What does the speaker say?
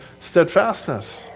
steadfastness